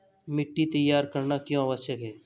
मिट्टी तैयार करना क्यों आवश्यक है?